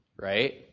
right